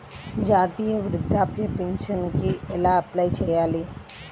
జాతీయ వృద్ధాప్య పింఛనుకి ఎలా అప్లై చేయాలి?